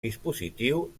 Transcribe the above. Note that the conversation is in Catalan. dispositiu